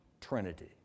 Trinity